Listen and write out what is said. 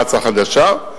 מע"צ החדשה,